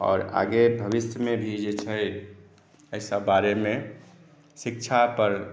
आओर आगे भविष्यमे भी जे छै एहिसभ बारेमे शिक्षापर